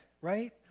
right